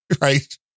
right